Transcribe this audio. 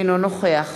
אינו נוכח